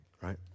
right